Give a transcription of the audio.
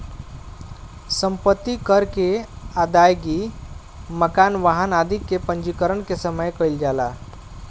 सम्पत्ति कर के अदायगी मकान, वाहन आदि के पंजीकरण के समय कईल जाला